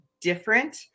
different